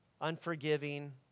unforgiving